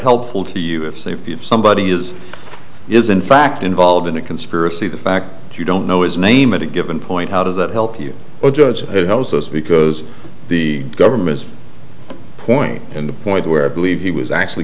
helpful to us safety of somebody is is in fact involved in a conspiracy the fact that you don't know is name at a given point how does that help you or judge it helps us because the government's point and the point where i believe he was actually